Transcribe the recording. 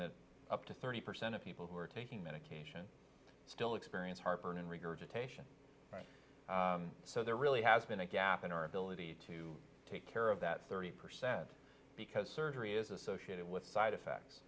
that up to thirty percent of people who are taking medication still experience heartburn and regurgitation so there really has been a gap in our ability to take care of that thirty percent because surgery is associated with side effects